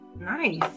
Nice